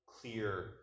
clear